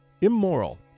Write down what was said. immoral